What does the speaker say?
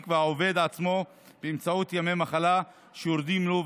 והעובד עצמו באמצעות ימי מחלה שיורדים לו,